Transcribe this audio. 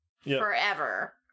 forever